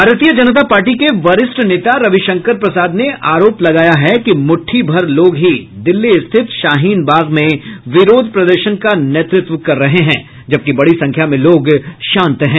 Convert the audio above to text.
भारतीय जनता पार्टी के वरिष्ठ नेता रवि शंकर प्रसाद ने आरोप लगाया है कि मुद्दी भर लोग ही दिल्ली स्थित शाहीन बाग में विरोध प्रदर्शन का नेतृत्व कर रहे हैं जबकि बड़ी संख्या में लोग शांत हैं